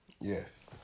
Yes